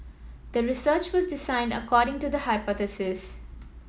the research was designed according to the hypothesis